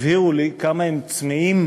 הבהירו לי כמה הם צמאים